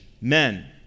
men